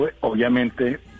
obviamente